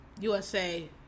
USA